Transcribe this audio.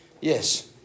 Yes